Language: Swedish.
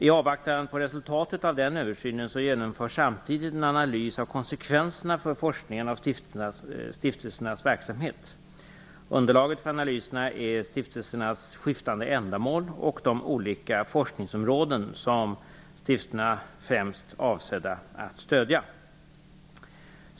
I avvaktan på resultatet av den översynen genomförs samtidigt en analys av konsekvenserna för forskningen av stiftelsernas verksamhet. Underlaget för analyserna är stiftelsernas skiftande ändamål och de olika forskningsområden som stiftelserna främst är avsedda att stödja.